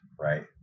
right